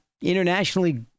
internationally